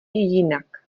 jinak